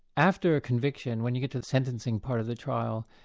after conviction when you get to the sentencing part of the trial,